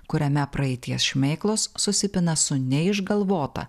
kuriame praeities šmėklos susipina su neišgalvota